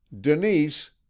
Denise